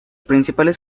principales